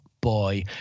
boy